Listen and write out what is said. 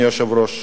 אדוני היושב-ראש?